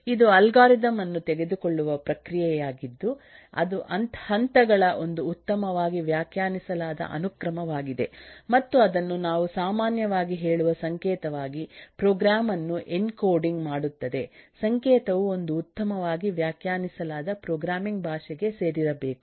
ಇದು ಅಲ್ಗಾರಿದಮ್ ಅನ್ನು ತೆಗೆದುಕೊಳ್ಳುವ ಪ್ರಕ್ರಿಯೆಯಾಗಿದ್ದು ಅದು ಹಂತಗಳ ಒಂದು ಉತ್ತಮವಾಗಿ ವ್ಯಾಖ್ಯಾನಿಸಲಾದ ಅನುಕ್ರಮವಾಗಿದೆ ಮತ್ತು ಅದನ್ನು ನಾವು ಸಾಮಾನ್ಯವಾಗಿ ಹೇಳುವ ಸಂಕೇತವಾಗಿ ಪ್ರೋಗ್ರಾಂ ಅನ್ನು ಎನ್ಕೋಡಿಂಗ್ ಮಾಡುತ್ತದೆ ಸಂಕೇತವು ಒಂದು ಉತ್ತಮವಾಗಿ ವ್ಯಾಖ್ಯಾನಿಸಲಾದ ಪ್ರೋಗ್ರಾಮಿಂಗ್ ಭಾಷೆಗೆ ಸೇರಿರಬೇಕು